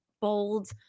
bold